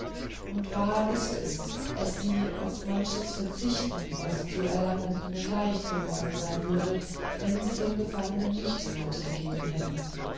und wahr ist es daß sie auf manches verzichten was zu erlangen ihnen leicht geworden sein würde wenn sie den gefangenen nicht herausgegeben hätten